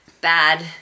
bad